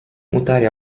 mutare